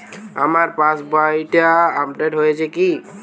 আমার পাশবইটা আপডেট হয়েছে কি?